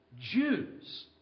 Jews